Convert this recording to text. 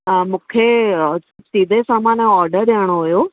हा मूंखे सीधे सामानि जो ऑडर ॾियणो हुओ